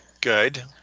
Good